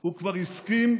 הוא כבר הסכים,